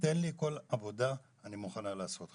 תן לי כל עבודה, אני מוכנה לעשות.